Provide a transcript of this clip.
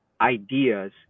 ideas